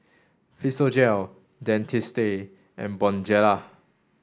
Physiogel Dentiste and Bonjela